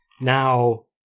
Now